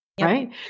Right